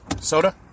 Soda